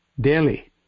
daily